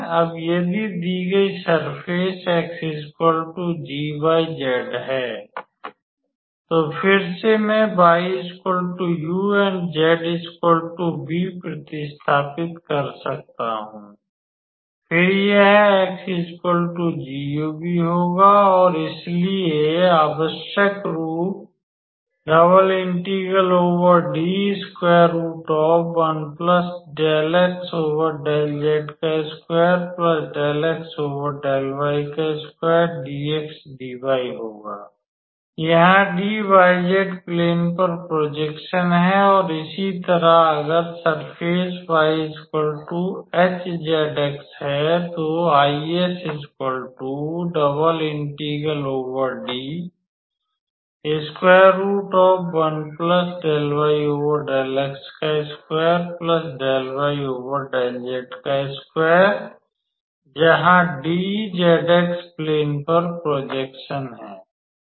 अब यदि दी गई सर्फ़ेस 𝑥 𝑔𝑦𝑧 है तो फिर से मैं 𝑦 𝑢 and 𝑧 𝑣 प्र्तिस्थापित कर सकता हूं फिर यह 𝑥 𝑔𝑢𝑣 होगा और इसलिए आवश्यक रूप होगा यहाँ D yz प्लेन पर प्रॉजेक्शन है और इसी तरह अगर सर्फ़ेस 𝑦 ℎ𝑧𝑥 है तो जहां D zx प्लेन पर प्रॉजेक्शन है